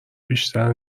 بیشتر